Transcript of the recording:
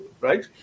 right